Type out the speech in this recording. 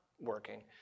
working